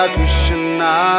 Krishna